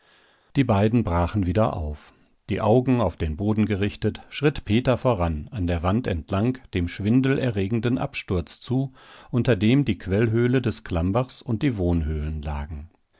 die beiden brachen wieder auf die augen auf den boden gerichtet schritt peter voran an der wand entlang dem schwindelerregenden absturz zu unter dem die quellhöhle des klammbachs und die wohnhöhlen lagen